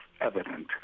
evident